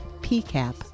PCAP